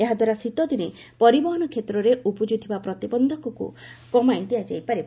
ଏହାଦ୍ୱାରା ଶୀତଦିନେ ପରିବହନ କ୍ଷେତ୍ରରେ ଉପୁଜୁଥିବା ପ୍ରତିବନ୍ଧକକୁ କମାଇ ଦିଆଯାଇପାରିବ